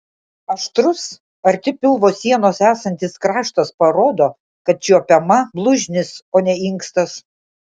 aštrus arti pilvo sienos esantis kraštas parodo kad čiuopiama blužnis o ne inkstas